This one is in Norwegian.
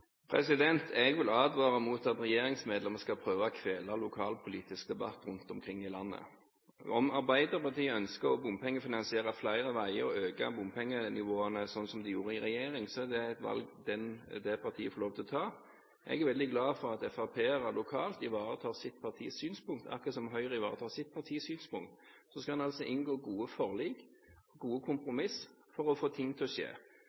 Jeg vil advare mot at regjeringsmedlemmer skal prøve å kvele lokalpolitisk debatt rundt omkring i landet. Om Arbeiderpartiet ønsker å bompengefinansiere flere veier og øke bompengenivåene, sånn som de gjorde i regjering, er det et valg det partiet får ta. Jeg er veldig glad for at FrP-ere lokalt ivaretar partiets synspunkt, akkurat som Høyre ivaretar sitt partis synspunkt. Så skal en altså inngå gode forlik og gode kompromiss for å få ting til å skje.